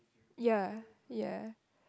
ya ya